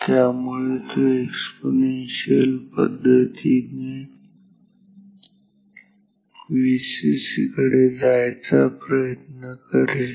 त्यामुळे तो एक्सपोनेन्शियल पद्धतीने Vcc कडे जायचा प्रयत्न करेल